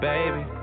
Baby